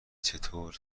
چطور